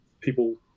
people